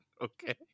Okay